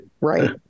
Right